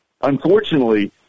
unfortunately